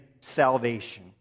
salvation